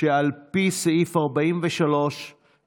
שעל פי סעיף 43 לחוק-יסוד: